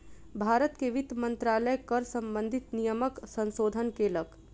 भारत के वित्त मंत्रालय कर सम्बंधित नियमक संशोधन केलक